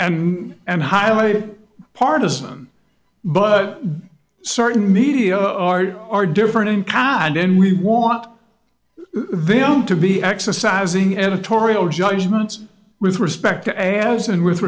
and and highly partisan but certain media are different in kind then we want them to be exercising editorial judgment with respect to as and with